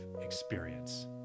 experience